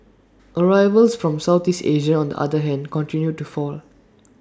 arrivals from Southeast Asia on the other hand continued to fall